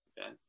Okay